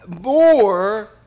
more